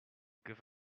give